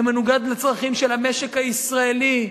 זה מנוגד לצרכים של המשק הישראלי,